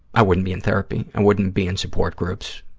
i wouldn't be in therapy. i wouldn't be in support groups.